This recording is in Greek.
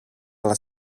αλλά